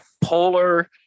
Polar